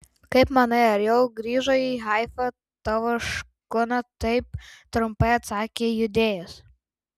kaip manai ar jau grįžo į haifą tavo škuna taip trumpai atsakė judėjas